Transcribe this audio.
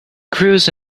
cruise